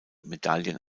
medaillen